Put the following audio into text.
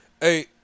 Hey